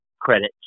credit